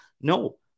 No